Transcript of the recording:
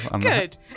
Good